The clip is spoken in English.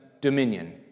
dominion